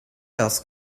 else